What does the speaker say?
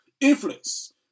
influence